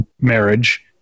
marriage